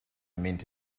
mint